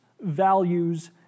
values